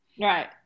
Right